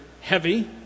heavy